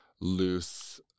loose